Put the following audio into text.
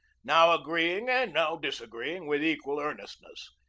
now agreeing and now disagreeing with equal earnestness.